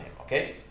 Okay